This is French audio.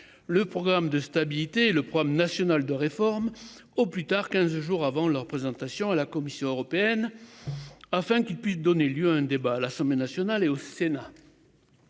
le programme de stabilité, le programme national de réformes au plus tard 15 jours avant leur présentation à la Commission européenne. Afin qu'il puisse donner lieu à un débat à l'Assemblée nationale et au Sénat.